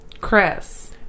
Chris